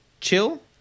chill